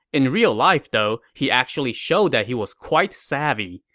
in real life, though, he actually showed that he was quite savvy.